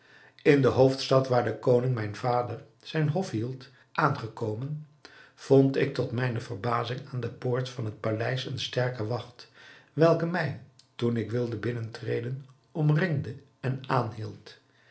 in de hoofdstad waar de koning mijn vader zijn hof hield aangekomen vond ik tot mijne verbazing aan de poort van het paleis eene sterke wacht welke mij toen ik wilde binnen treden omringde en aanhield